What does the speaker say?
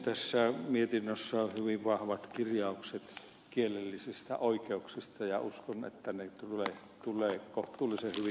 tässä mietinnössä on hyvin vahvat kirjaukset kielellisistä oikeuksista ja uskon että ne tulevat kohtuullisen hyvin turvatuiksi